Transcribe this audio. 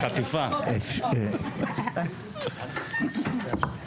(היו"ר סימון דוידסון, 12:26)